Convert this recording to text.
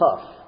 tough